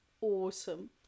awesome